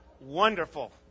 wonderful